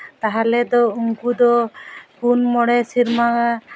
ᱛᱟᱦᱚᱞᱮ ᱫᱚ ᱩᱱᱠᱩᱫᱚ ᱯᱩᱱ ᱢᱚᱬᱮ ᱥᱮᱨᱢᱟ